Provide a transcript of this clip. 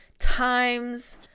times